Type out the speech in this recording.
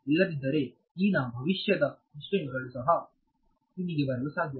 ಇಲ್ಲದಿದ್ದರೆ ನ ಭವಿಷ್ಯದ ಇನ್ಸ್ಟೆಂಟ್ ಗಳು ಸಹ ಇಲ್ಲಿಗೆ ಬರಲು ಸಾಧ್ಯ